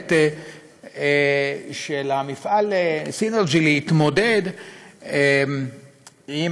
היכולת של המפעל סינרג'י להתמודד עם